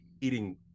eating